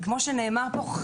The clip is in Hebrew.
כפי שנאמר פה,